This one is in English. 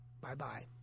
Bye-bye